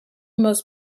most